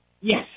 Yes